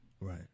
right